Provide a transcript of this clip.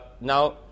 Now